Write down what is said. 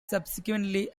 subsequently